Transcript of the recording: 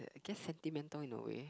I guess sentimental in a way